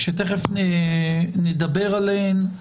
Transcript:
שתיכף נדבר עליהן,